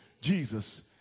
Jesus